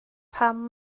pam